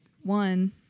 one